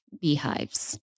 beehives